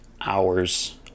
hours